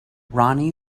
ronnie